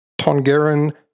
Tongeren